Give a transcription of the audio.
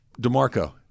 DeMarco